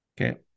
Okay